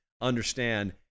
understand